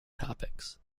topics